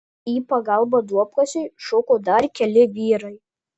į pagalbą duobkasiui šoko dar keli vyrai